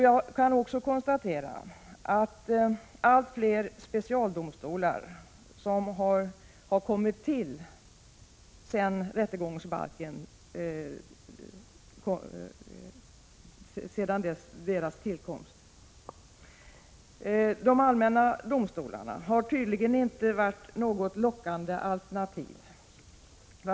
Jag kan också konstatera att allt fler specialdomstolar har kommit till sedan rättegångsbalkens tillkomst. De allmänna domstolarna har tydligen inte varit något lockande alternativ.